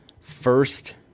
first